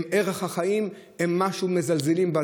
ערך החיים, הוא משהו שמזלזלים בו.